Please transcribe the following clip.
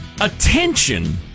attention